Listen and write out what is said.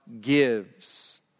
gives